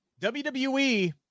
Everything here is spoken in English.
WWE